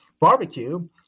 barbecue